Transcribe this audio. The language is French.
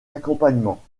accompagnement